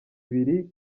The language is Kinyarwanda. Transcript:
ibiri